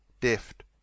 Deft